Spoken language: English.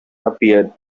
appeared